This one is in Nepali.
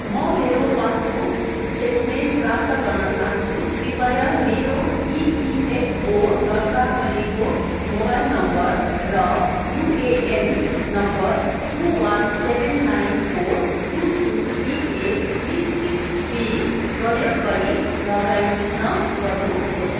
म मेरो पासबुक स्टेटमेन्ट प्राप्त गर्न चाहन्छु कृपया मेरो इपिएफओ दर्ता गरिएको मोबाइल नम्बर र UAN number two one seven nine four two two three eight three six three प्रयोग गरी लगाइन गर्नुहोस्